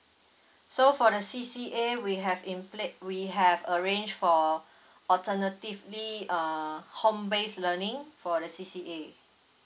so for the C_C_A we have in plate we have arranged for alternatively uh home base learning for the C_C_A